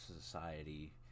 society